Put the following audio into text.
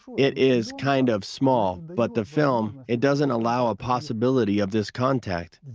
it is kind of small, but the film it doesn't allow a possibility of this contact.